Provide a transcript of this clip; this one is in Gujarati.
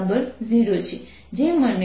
તો આ ચાર્જ એલિમેન્ટ છે